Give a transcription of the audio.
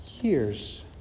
years